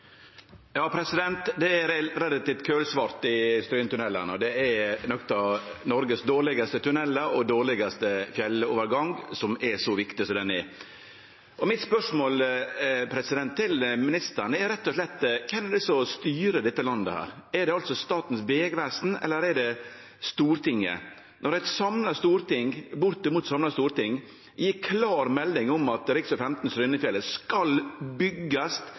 og ein av dei dårlegaste fjellovergangane, og som er så viktige som dei er. Mitt spørsmål til ministeren er rett og slett: Kven er det som styrer dette landet? Er det Statens vegvesen, eller er det Stortinget? Når eit bortimot samla storting gjev klar melding om at rv. 15 Strynefjellet skal